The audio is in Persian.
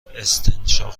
استنشاق